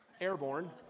Airborne